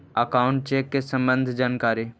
Account check के सम्बन्ध जानकारी?